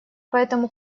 поэтому